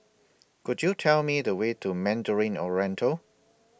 Could YOU Tell Me The Way to Mandarin Oriental